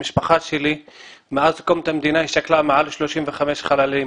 המשפחה שלי מאז קום המדינה שכלה יותר מ-35 חללים.